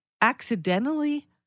accidentally